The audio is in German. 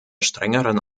strengeren